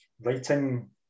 writing